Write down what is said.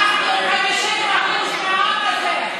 אנחנו 50% מהעם הזה.